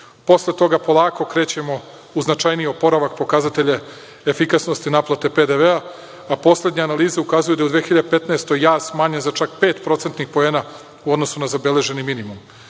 Posle toga polako krećemo u značajniji oporavak, pokazatelje efikasnosti naplate PDV, a poslednje analize ukazuju da je u 2015. godini jaz smanjen za pet procentnih poena u odnosu na zabeleženi minimum. Sve